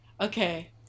okay